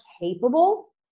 capable